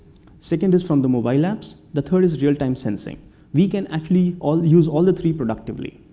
second is from the mobile apps, the third is is real-time sensing we can actually all use all the three productively.